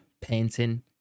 painting